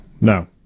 no